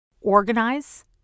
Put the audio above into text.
Organize